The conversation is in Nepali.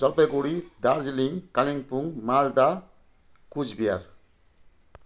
जलपाइगुडी दार्जिलिङ कालिम्पोङ मालदा कुचबिहार